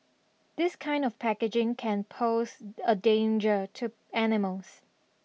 this kind of packaging can pose a danger to animals